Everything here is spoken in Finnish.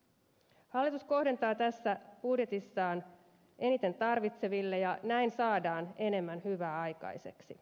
hallitus kohdentaa tässä budjetissaan eniten tarvitseville ja näin saadaan enemmän hyvää aikaiseksi